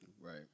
right